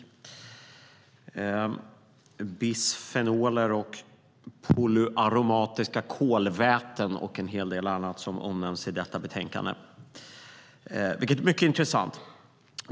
I detta betänkande omnämns bisfenoler och polyaromatiska kolväten och en hel del annat, vilket är mycket intressant.